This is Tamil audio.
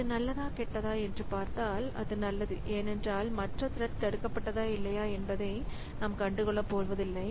அது நல்லதா கெட்டதா என்று பார்த்தால் இது நல்லது ஏனென்றால் மற்ற த்ரெட் தடுக்கப்பட்டதா இல்லையா என்பதை நான் கண்டுகொள்ளப் போவதில்லை